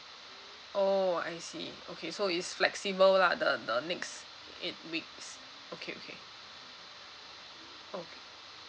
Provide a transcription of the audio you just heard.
oh I see okay so is flexible lah the the next eight weeks okay okay okay